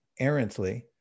errantly